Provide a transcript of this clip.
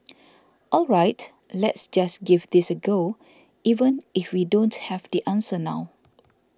all right let's just give this a go even if we don't have the answer now